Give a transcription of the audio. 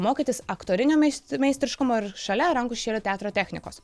mokytis aktorinio meist meistriškumo ir šalia rankų šešėlių teatro technikos